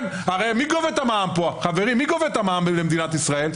הרי מי גובה את המע"מ במדינת ישראל?